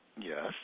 Yes